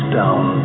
down